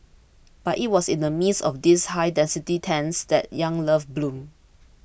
but it was in the midst of these high density tents that young love bloomed